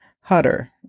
Hutter